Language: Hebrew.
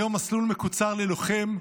היום מסלול מקוצר ללוחם,